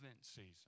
season